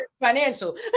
Financial